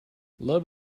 love